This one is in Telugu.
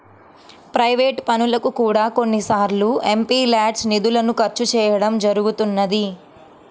ప్రైవేట్ పనులకు కూడా కొన్నిసార్లు ఎంపీల్యాడ్స్ నిధులను ఖర్చు చేయడం జరుగుతున్నది